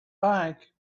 bank